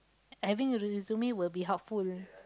having a resume will be helpful